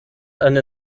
eine